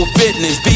fitness